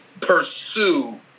pursue